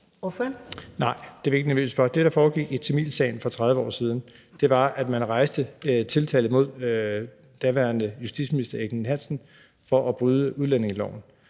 Nej, det er vi ikke nervøse for. Det, der foregik i tamilsagen for 30 år siden, var, at man rejste tiltale mod daværende justitsminister Erik Ninn-Hansen for at bryde udlændingeloven.